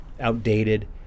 outdated